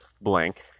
blank